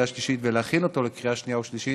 ושלישית ולהכין אותו לקריאה שנייה ושלישית,